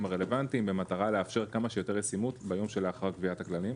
הרלוונטיים במטרה לאפשר כמה שיותר ישימות ביום שלאחר קביעת הכללים,